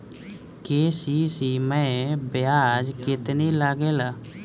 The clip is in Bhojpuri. के.सी.सी मै ब्याज केतनि लागेला?